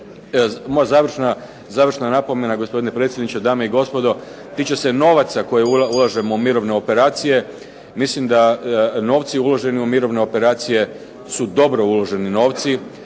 Moja završna napomena gospodine predsjedniče, dame i gospodo tiče se novaca koje ulažemo u mirovne operacije. Mislim da novci uloženi u mirovne operacije su dobro uloženi novci.